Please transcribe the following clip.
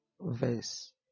verse